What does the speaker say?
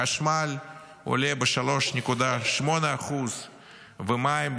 חשמל עולה ב-3.8%; מים,